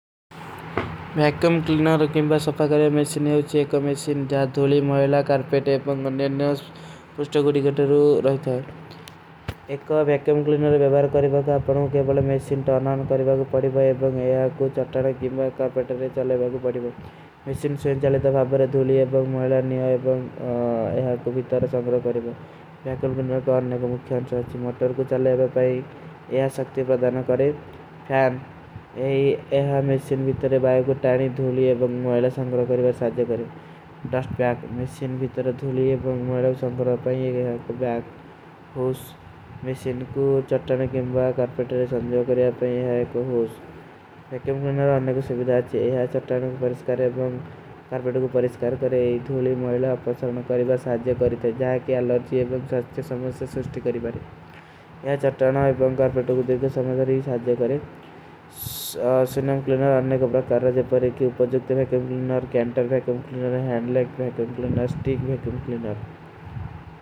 ମୁଦ୍ରାଚିନଡା, ମୁଦ୍ରାଚିନଡା କରୀବାରେ ସ୍ଟ୍ରାଇଫ ସାର୍ଜେ କରେଂ। ଵିବିନା ଦେଶା ଏବଂଗ ମୁଦ୍ରାର ମୁଦ୍ରା ଉପରେ ଵିବିନା ପକାରା ସ୍ଟ୍ରାଇଫ ଆଚୁ। ନକଲୀ ମୁଦ୍ରା ପ୍ରାଯେତ ତୋ ସ୍ନାଇଫ ସ୍ଟ୍ରାଫ ନହୀଂ କିଂବସେ ଗୁଡୀ କା ଅସମନ ହୋତେ। ନକଲୀ ସ୍ଟ୍ରାଇଫ, ମୁଦ୍ରା ଧାରାରେ ଲାଟାଈସ ଆକାରାରେ ଯହୀ ସ୍ଟ୍ରାଇଫ ଗୁଡେ। ଅନ୍ଯାନ୍ଯ ସ୍ଟ୍ରାଇଫ, କିଛୀ ମୁଦ୍ରା ମୁଦ୍ଧ୍ଯାନ ଅନ୍ଯାନ୍ଯ ପ୍ରାକାରା ସ୍ଟ୍ରାଇଫ ଅଚୀ। ଜେ ପର ଏକୀ ତାରା, କିଂବା, ଫୂର୍ଣା, ପ୍ରାକୂର୍ତୀ ରା ସ୍ଟ୍ରାଇଫ ଏବଂ ଅଚୀ ନକଲୀ ଧାରୀ ଦେଖେ ଲେ ଭୀ ଜାନା ପଡୀ ଜୀଵା।